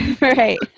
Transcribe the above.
Right